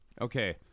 Okay